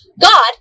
God